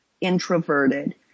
introverted